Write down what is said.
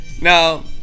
Now